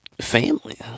family